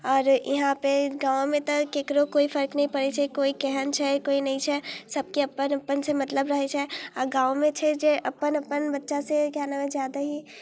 आओर इहाँपर गाममे तऽ ककरो कोइ फर्क नहि पड़ै छै कोइ केहन छै कोइ नहि छै सबके अपन अपनसँ मतलब रहै छै आओर गाममे छै जे अपन अपन बच्चासँ क्या नाम है ज्यादा ही